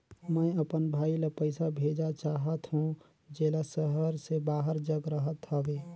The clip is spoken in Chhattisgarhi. मैं अपन भाई ल पइसा भेजा चाहत हों, जेला शहर से बाहर जग रहत हवे